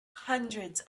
hundreds